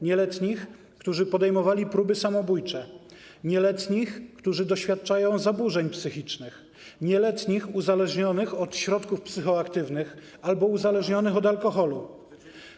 Nieletnich, którzy podejmowali próby samobójcze, nieletnich, którzy doświadczają zaburzeń psychicznych, nieletnich uzależnionych od środków psychoaktywnych albo uzależnionych od alkoholu?